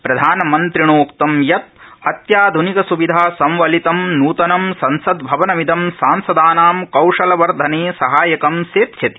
प्रधानमन्त्रिणोक्तं यत् अत्याध्निक स्विधा सम्वलितं नूतनं संसद् भवनमिदं सांसदानां कौशलवर्धने सहायकं सेत्स्यति